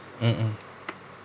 mmhmm